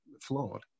flawed